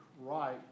right